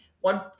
one